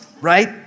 Right